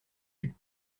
vue